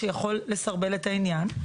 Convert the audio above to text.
שיכול לסרבל את העניין.